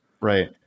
Right